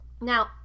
Now